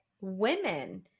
women